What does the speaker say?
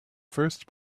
first